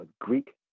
Greek